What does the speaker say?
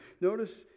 Notice